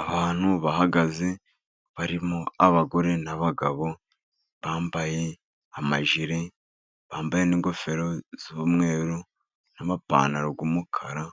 Abantu bahagaze barimo abagore n'abagabo, bambaye amajire, bambaye n'ingofero z'umweru n'amapantaro y'umukara,